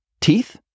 teeth